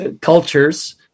cultures